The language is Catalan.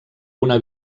una